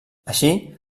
així